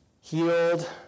healed